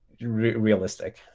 realistic